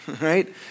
right